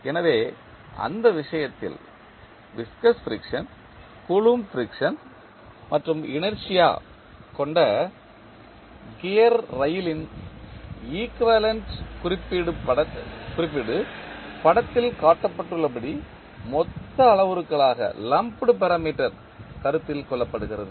எனவே அந்த விஷயத்தில் விஸ்கஸ் ஃபிரிக்சன் கூலொம்ப் ஃபிரிக்சன் மற்றும் இனர்ஷியா கொண்ட கியர் ரயிலின் ஈக்குவேலண்ட் குறிப்பீடு படத்தில் காட்டப்பட்டுள்ளபடி மொத்த அளவுருக்களாக கருத்தில் கொள்ளப்படுகிறது